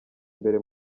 imbere